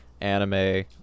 anime